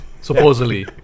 Supposedly